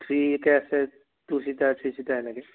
three seater আছে two seater three seater এনেকৈ